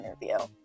interview